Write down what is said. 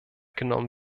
genommen